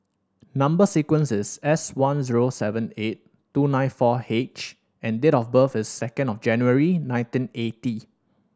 number sequence is S one zero seven eight two nine four H and date of birth is second of January nineteen eighty